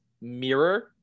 Mirror